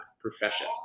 profession